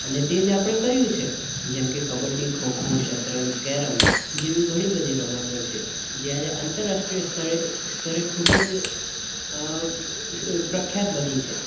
અને તે જ આપણે કર્યું છે જેમકે કબડ્ડી ખો ખો શતરંજ કેરમ જેવી ઘણી બધી રમતો છે જ્યારે આંતરરાષ્ટ્રીય સ્તળે સ્તરે ખૂબ જ પ્રખ્યાત બની છે